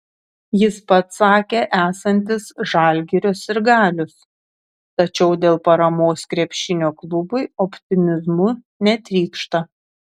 jis pats sakė esantis žalgirio sirgalius tačiau dėl paramos krepšinio klubui optimizmu netrykšta